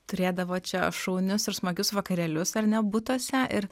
turėdavo čia šaunius ir smagius vakarėlius ar ne butuose ir